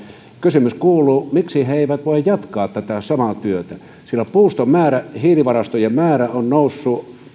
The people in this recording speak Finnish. kysymys kuuluu miksi ne eivät voi jatkaa tätä samaa työtä sillä puuston määrä hiilivarastojen määrä on noussut yli